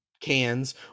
cans